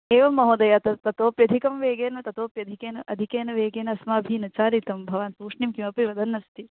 एवं महोदय तत् ततोप्यधिकं वेगेन ततोप्यधिकेन अधिकेन वेगेन अस्माभिः न चालितं भवान् तूष्णीं किमपि वदन्नस्ति